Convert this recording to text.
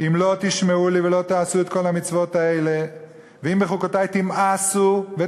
"אם לא תשמעו לי ולא תעשו את כל המצות האלה ואם בחקתי תמאסו ואת